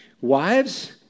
Wives